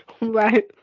right